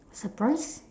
surprise